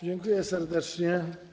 Dziękuję serdecznie.